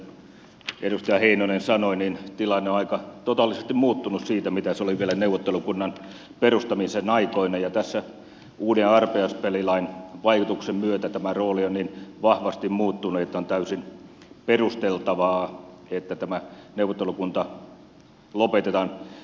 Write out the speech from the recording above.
aivan kuten edustaja heinonen sanoi niin tilanne on aika totaalisesti muuttunut siitä mitä se oli vielä neuvottelukunnan perustamisen aikoina ja tässä uuden arpajaispelilain vaikutuksen myötä tämä rooli on niin vahvasti muuttunut että on täysin perusteltavaa että tämä neuvottelukunta lopetetaan